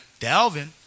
Dalvin